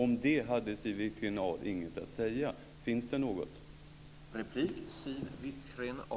Om detta sade inte Siw Wittgren-Ahl någonting. Finns det något att säga?